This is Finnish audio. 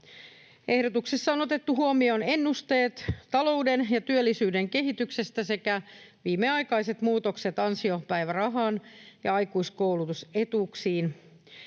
Ehdotuksessa on otettu huomioon ennusteet talouden ja työllisyyden kehityksestä sekä viimeaikaiset muutokset ansiopäivärahaan ja aikuiskoulutusetuuksiin.